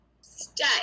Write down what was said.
stay